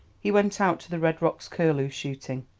he went out to the red rocks curlew shooting.